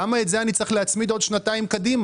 למה את זה אני צריך להצמיד עוד שנתיים קדימה?